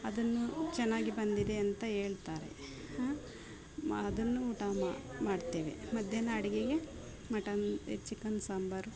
ಅದನ್ನು ಚೆನ್ನಾಗಿ ಬಂದಿದೆ ಅಂತ ಹೇಳ್ತಾರೆ ಹಾಂ ಅದನ್ನು ಊಟ ಮಾಡುತ್ತೇವೆ ಮಧ್ಯಾಹ್ನ ಅಡಿಗೆಗೆ ಮಟನ್ ಚಿಕನ್ ಸಾಂಬಾರು